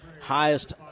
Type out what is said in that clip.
highest